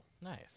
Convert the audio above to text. Nice